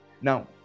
now